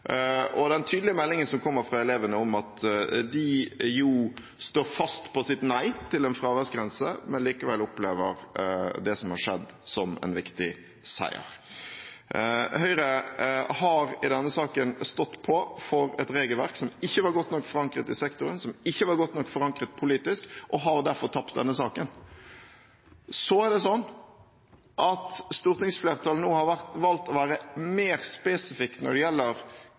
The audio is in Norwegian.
og den tydelige meldingen som kommer fra elevene om at de står fast på sitt nei til en fraværsgrense, men likevel opplever det som har skjedd, som en viktig seier. Høyre har i denne saken stått på for et regelverk som ikke var godt nok forankret i sektoren, og som ikke var godt nok forankret politisk, og har derfor tapt denne saken. Det er slik at stortingsflertallet nå har valgt å være mer spesifikk når det gjelder